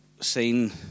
seen